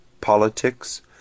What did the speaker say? politics